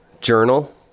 journal